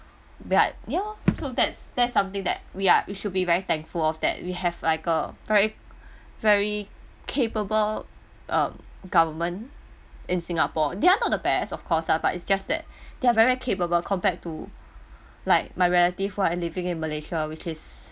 but ya loh so that's that's something that we are we should be thankful of that we have like a very very capable um government in singapore they are not the best of cause lah but is just that they are very capable compared to like my relative one living in malaysia which is